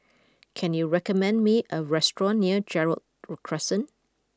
can you recommend me a restaurant near Gerald ot Crescent